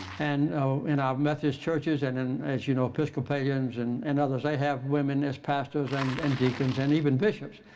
and in our methodist churches and and as you know episcopalians and and others, they have women as pastors and and deacons and even bishops.